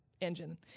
engine